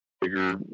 bigger